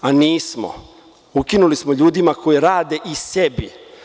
Nismo, ukinuli smo ljudima koji rade i sebi.